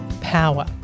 Power